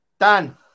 Dan